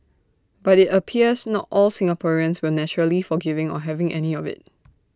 but IT appears not all Singaporeans were naturally forgiving or having any of IT